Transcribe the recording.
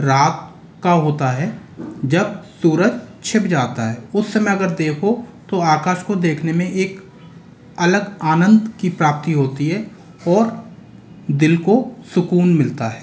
रात का होता है जब सूरज छिप जाता है उस समय अगर देखो तो आकाश को देखने में एक अलग आनंद की प्राप्ति होती है और दिल को सुकून मिलता है